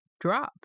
dropped